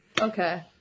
okay